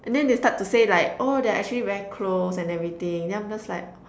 and then they start to say like oh they're actually very close and everything then I'm just like